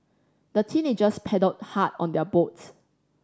the teenagers paddled hard on their boats